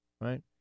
right